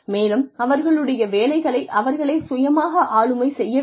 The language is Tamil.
மேலும் அவர்களுடைய வேலைகளை அவர்களே சுயமாக ஆளுமை செய்ய வேண்டும்